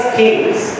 kings